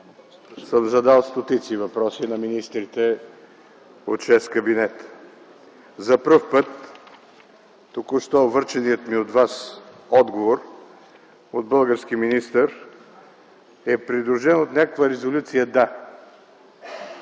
съм задал стотици въпроси на министрите от шест кабинета. За пръв път току-що връченият ми от Вас отговор от български министър е придружен от някаква резолюция „да”.